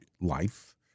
life